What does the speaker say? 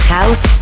House